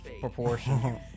proportion